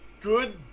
good